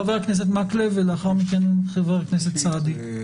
חבר הכנסת מקלב ולאחר מכן חבר הכנסת סעדי.